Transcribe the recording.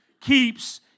keeps